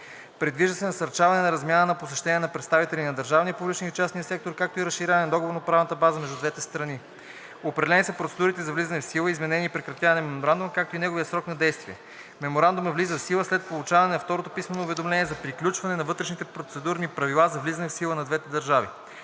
Предвижда се насърчаване на размяна на посещения на представители на държавния, публичния и частния сектор, както и разширяване на договорно-правната база между двете страни. Определени са процедурите за влизане в сила, изменение и прекратяване на Меморандума, както и неговият срок на действие. Меморандумът влиза в сила след получаване на второто писмено уведомление за приключване на вътрешните правни процедури за влизане в сила за двете държави.